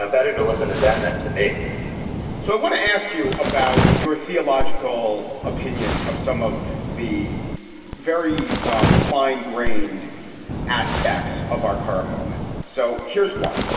ah better to listen to them than to me so i want to ask you about your theological opinion of some of the very um fine grained aspects of our current moment. so here's one.